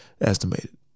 estimated